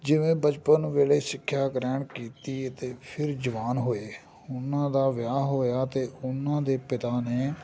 ਜਿਵੇਂ ਬਚਪਨ ਵੇਲੇ ਸਿੱਖਿਆ ਗ੍ਰਹਿਣ ਕੀਤੀ ਅਤੇ ਫਿਰ ਜਵਾਨ ਹੋਏ ਉਹਨਾਂ ਦਾ ਵਿਆਹ ਹੋਇਆ ਅਤੇ ਉਹਨਾਂ ਦੇ ਪਿਤਾ ਨੇ